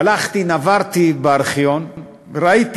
הלכתי, נברתי בארכיון וראיתי